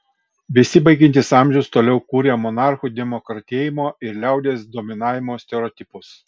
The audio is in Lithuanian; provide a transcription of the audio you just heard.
besibaigiantis amžius toliau kuria monarchų demokratėjimo ir liaudies dominavimo stereotipus